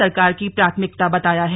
सरकार की प्राथमिकता बताया है